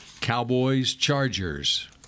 Cowboys-Chargers